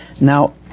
Now